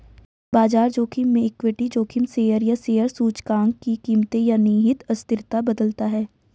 बाजार जोखिम में इक्विटी जोखिम शेयर या शेयर सूचकांक की कीमतें या निहित अस्थिरता बदलता है